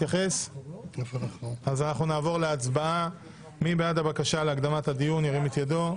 מי בעד הבקשה להקדמת הדיון, ירים את ידו?